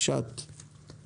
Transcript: אני אתך.